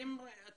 אני